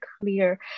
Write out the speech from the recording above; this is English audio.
clear